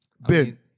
Ben